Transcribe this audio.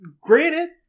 granted